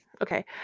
okay